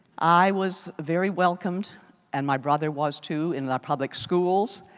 i was very welcomed and my brother was too in the public schools.